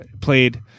played